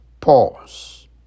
Pause